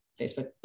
Facebook